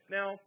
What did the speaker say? Now